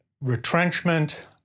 retrenchment